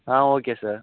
ah okay sir